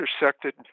intersected